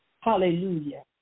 Hallelujah